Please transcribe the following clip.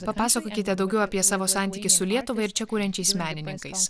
papasakokite daugiau apie savo santykį su lietuva ir čia kuriančiais menininkais